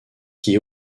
qui